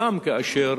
גם כאשר